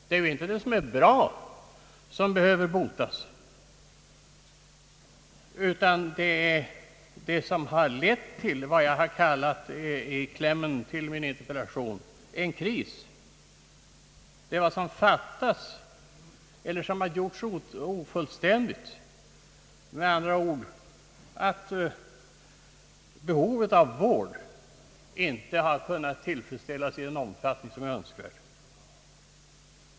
Det som är bra behöver naturligtvis inte botas, utan jag har tänkt på det som fattas eller gjorts ofullständigt och som lett till det jag i interpellationens kläm har kallat en kris, med andra ord att behovet av vård inte kunnat tillfredsställas i den omfattning som är önskvärd.